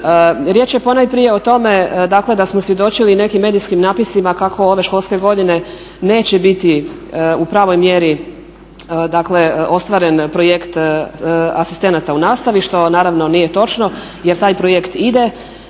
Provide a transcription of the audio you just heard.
Riječ je ponajprije o tome dakle da smo svjedočili nekim medijskim napisima kako ove školske godine neće biti u pravoj mjeri dakle ostvaren projekt asistenata u nastavi što naravno nije točno jer taj projekt ide